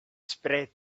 spread